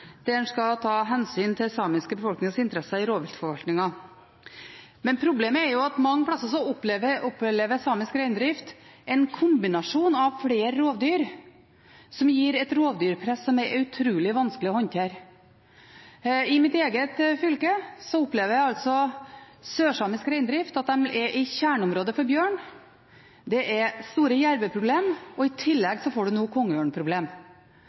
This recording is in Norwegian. en skal ta hensyn til den samiske befolkningens interesser i rovviltforvaltningen. Problemet er at mange plasser opplever samisk reindrift en kombinasjon av flere rovdyr, som gir et rovdyrpress som er utrolig vanskelig å håndtere. I mitt eget fylke er sørsamisk reindrift i kjerneområdet for bjørn, det er store jerveproblem, og i tillegg får man nå